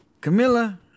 Camilla